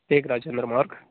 एक राजेंद्र मार्ग